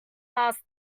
asked